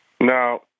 Now